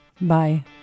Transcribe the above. Bye